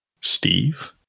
Steve